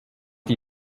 die